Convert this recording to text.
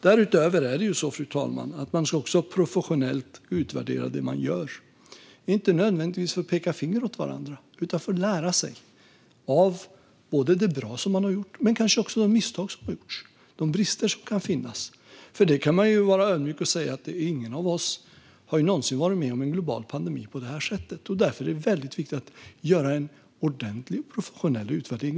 Därutöver är det ju så, fru talman, att man professionellt ska utvärdera det man gör, inte nödvändigtvis för att peka finger åt varandra utan för att lära sig både av det bra som man har gjort och av de misstag som har gjorts och de brister som kan finnas. Vi kan ju vara ödmjuka och säga att ingen av oss någonsin har varit med om en global pandemi på det här sättet, och därför är det väldigt viktigt att göra en ordentlig och professionell utvärdering.